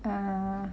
uh